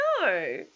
no